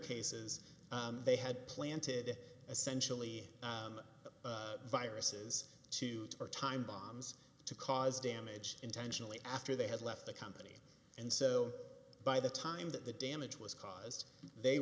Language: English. cases they had planted essentially viruses to part time bombs to cause damage intentionally after they had left the company and so by the time that the damage was caused they